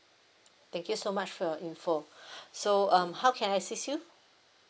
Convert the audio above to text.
thank you so much for your info so um how can I assist you